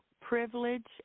privilege